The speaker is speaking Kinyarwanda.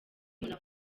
umuntu